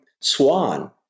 swan